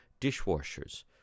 dishwashers